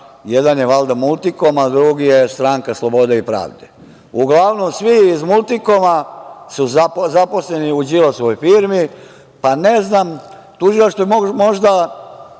jedan je valjda „Multikom“, a drugi je Stranka slobode i pravde. Uglavnom, svi iz „Multikoma“ su zaposleni u Đilasovoj firmi, pa ne znam, tužilaštvo bi moglo